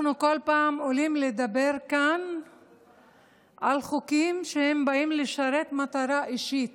אנחנו כל פעם עולים לדבר כאן על חוקים שבאים לשרת מטרה אישית